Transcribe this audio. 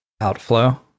Outflow